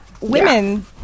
Women